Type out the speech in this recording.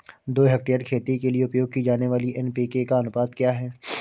दो हेक्टेयर खेती के लिए उपयोग की जाने वाली एन.पी.के का अनुपात क्या है?